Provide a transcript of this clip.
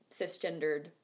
cisgendered